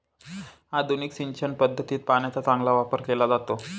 आधुनिक सिंचन पद्धतीत पाण्याचा चांगला वापर केला जातो